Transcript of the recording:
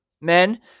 men